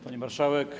Pani Marszałek!